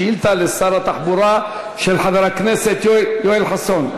שאילתה לשר התחבורה של חבר הכנסת יואל חסון.